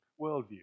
worldview